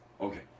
Okay